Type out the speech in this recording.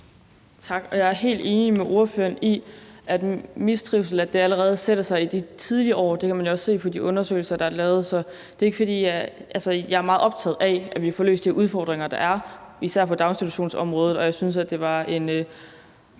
Tak. Jeg er helt enig med ordføreren i, at mistrivsel allerede sætter sig i de tidlige år. Det kan man jo også se på de undersøgelser, der er lavet. Så det er ikke, fordi jeg ikke er meget optaget af det. Altså, jeg er meget optaget af, at vi får løst de udfordringer, der er, især på daginstitutionsområdet, og jeg synes, at det var en